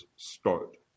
start